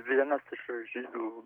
vienas iš žydų